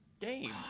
game